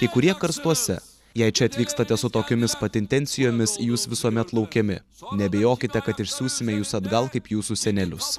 kai kurie karstuose jei čia atvykstate su tokiomis pat intencijomis jūs visuomet laukiami neabejokite kad išsiųsime jus atgal kaip jūsų senelius